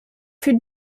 für